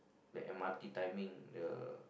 the M_R_T timing the